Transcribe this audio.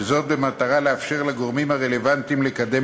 וזאת במטרה לאפשר לגורמים הרלוונטיים לקדם